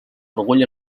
orgull